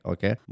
Okay